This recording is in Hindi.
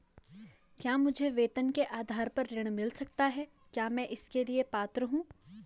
क्या मुझे वेतन के आधार पर ऋण मिल सकता है क्या मैं इसके लिए पात्र हूँ?